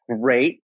great